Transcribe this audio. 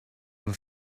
een